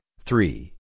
three